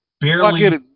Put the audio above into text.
barely